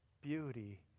Beauty